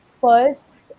first